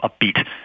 upbeat